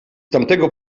tamtego